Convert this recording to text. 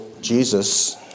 Jesus